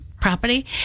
property